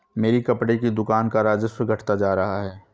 मेरी कपड़े की दुकान का राजस्व घटता जा रहा है